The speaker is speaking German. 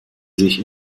sich